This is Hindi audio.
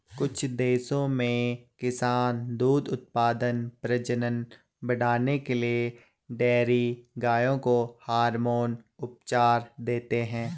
कुछ देशों में किसान दूध उत्पादन, प्रजनन बढ़ाने के लिए डेयरी गायों को हार्मोन उपचार देते हैं